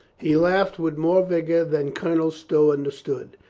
he laughed with more vigor than colonel stow understood.